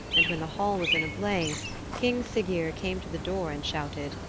and when the hall was in a blaze king siggeir came to the door and shouted,